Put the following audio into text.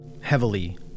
heavily